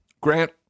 Grant